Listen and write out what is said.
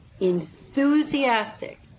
enthusiastic